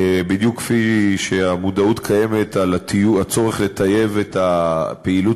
בדיוק כפי שקיימת המודעות לצורך לטייב את הפעילות